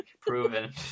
proven